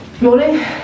Morning